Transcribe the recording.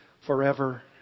forever